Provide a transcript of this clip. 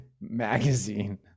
magazine